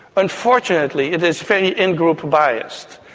unfortunately it is very in-group biased,